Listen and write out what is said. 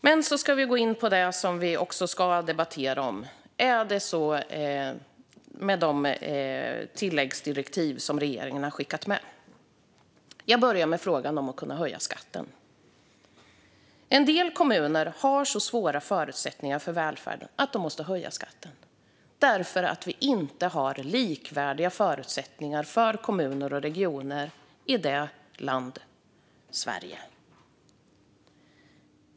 Men nu ska vi gå in på det vi ska debattera om de tilläggsdirektiv som regeringen har skickat med. Jag börjar med frågan om att kunna höja skatten. En del kommuner har så svåra förutsättningar för välfärden att de måste höja skatten därför att vi inte har likvärdiga förutsättningar för kommuner och regioner i detta land, i Sverige.